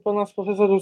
ponas profesorius